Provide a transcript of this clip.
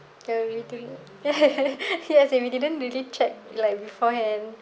everything yes and we didn't really check like beforehand